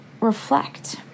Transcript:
reflect